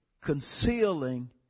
concealing